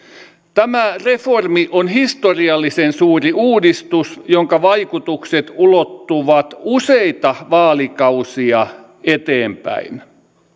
tämä reformi on historiallisen suuri uudistus jonka vaikutukset ulottuvat useita vaalikausia eteenpäin